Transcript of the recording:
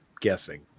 guessing